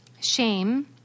shame